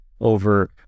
over